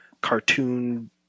cartoon